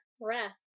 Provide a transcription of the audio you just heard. breath